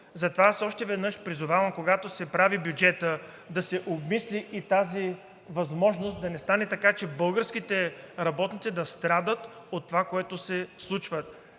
Затова аз още веднъж призовавам, когато се прави бюджетът, да се обмисли и тази възможност, за да не стане така, че българските работници да страдат от това, което се случва,